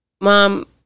mom